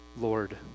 Lord